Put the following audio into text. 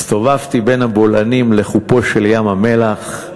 הסתובבתי בין הבולענים לחופו של ים-המלח,